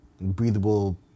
breathable